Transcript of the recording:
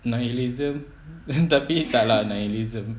nihilism tapi tak lah nihilism